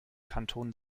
kanton